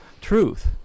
truth